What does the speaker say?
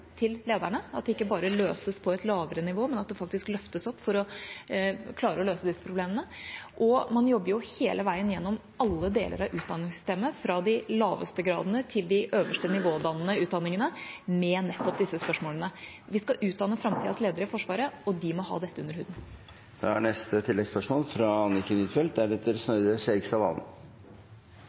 til lederne – at det ikke bare løses på et lavere nivå, men at det faktisk løftes opp for å klare å løse disse problemene – og man jobber hele veien, gjennom alle deler av utdanningssystemet, fra de laveste gradene til de øverste nivådannende utdanningene, med nettopp disse spørsmålene. Vi skal utdanne framtidas ledere i Forsvaret, og de må ha dette under huden.